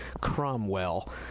Cromwell